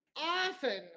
often